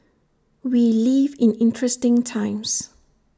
we live in interesting times